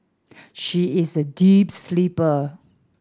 she is a deep sleeper